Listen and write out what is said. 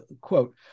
quote